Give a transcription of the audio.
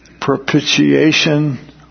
propitiation